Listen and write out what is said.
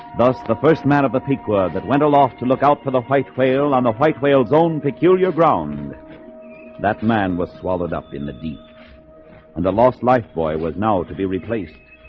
thus the first man of the pequod that went aloft to look out for the white whale on a white whales own peculiar ground that man was swallowed up in the deep and the lost life boy was now to be replaced